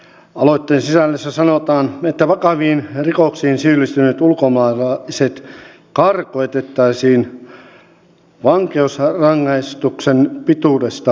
aloitteen sisällössä sanotaan että vakaviin rikoksiin syyllistyneet ulkomaalaiset karkotettaisiin vankeusrangaistuksen pituudesta huolimatta